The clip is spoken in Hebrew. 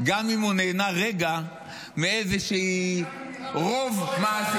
גם אם הוא נהנה רגע מאיזשהו רוב --- נכון.